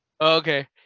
Okay